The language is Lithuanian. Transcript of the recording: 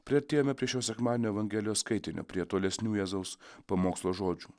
priartėjome prie šio sekmadienio evangelijos skaitinio prie tolesnių jėzaus pamokslo žodžių